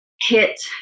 hit